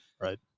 Right